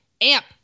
Amp